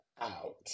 out